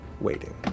waiting